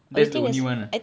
that's the only one ah